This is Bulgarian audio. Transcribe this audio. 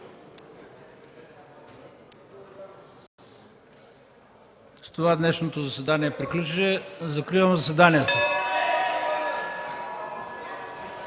С това днешното заседание приключи – закривам заседанието.